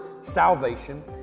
salvation